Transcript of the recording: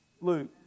Luke